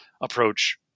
approach